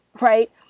right